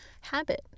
habit